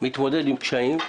עובדים מתמודד עם קשיים,